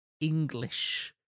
English